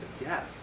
Yes